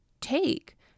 take